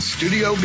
Studio